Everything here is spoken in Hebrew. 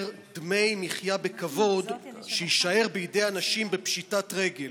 דמי מחיה בכבוד ויישאר בידי אנשים בפשיטת רגל